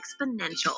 exponential